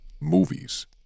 movies